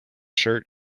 shirt